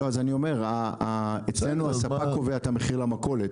אז אני אומר, אצלנו הספק קובע את המחיר למכולת.